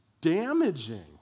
damaging